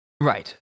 Right